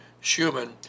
Schumann